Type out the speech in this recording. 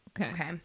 Okay